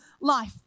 life